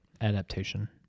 Adaptation